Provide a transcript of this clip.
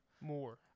More